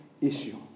issue